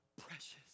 precious